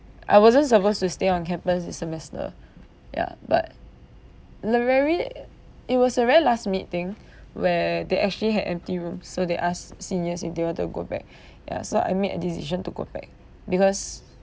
I wasn't supposed to stay on campus this semester ya but the very it was a very last minute thing where they actually had empty rooms so they asked seniors if they wanted to go back ya so I made a decision to go back because